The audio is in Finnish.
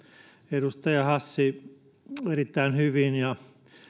edustaja hassi erittäin hyvin ja